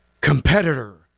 competitor